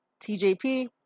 TJP